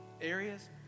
areas